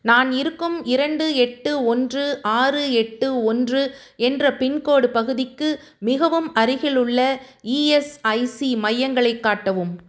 நான் இருக்கும் இரண்டு எட்டு ஒன்று ஆறு எட்டு ஒன்று என்ற பின்கோடு பகுதிக்கு மிகவும் அருகிலுள்ள இஎஸ்ஐசி மையங்களைக் காட்டவும்